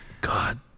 god